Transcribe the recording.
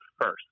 first